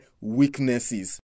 weaknesses